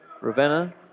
Ravenna